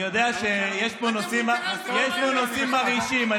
אני יודע שיש פה נושאים מרעישים.